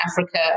Africa